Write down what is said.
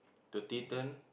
thirty turn